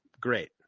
great